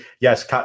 yes